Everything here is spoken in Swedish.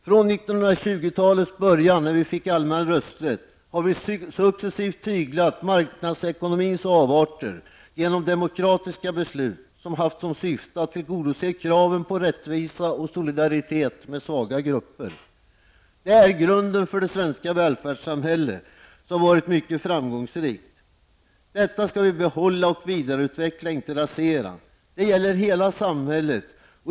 Från 1920-talets början, när vi fick allmän rösträtt, har vi successivt tyglat marknadsekonomins avarter genom demokratiska beslut som haft som syfte att tillgodose kraven på rättvisa och solidaritet med svaga grupper. Detta är grunden för den svenska välfärdssamhälle som varit mycket framgångsrikt. Detta skall vi behålla och vidareutveckla, inte rasera. Detta gäller hela samhället.